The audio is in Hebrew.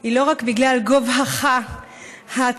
היא לא רק בגלל גובהך, התמיר,